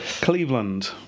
Cleveland